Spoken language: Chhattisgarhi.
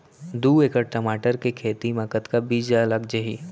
दू एकड़ टमाटर के खेती मा कतका बीजा लग जाही?